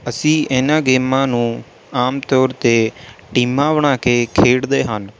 ਅਸੀਂ ਇਹਨਾਂ ਗੇਮਾਂ ਨੂੰ ਆਮ ਤੌਰ ਤੇ ਟੀਮਾਂ ਬਣਾ ਕੇ ਖੇਡਦੇ ਹਾਂ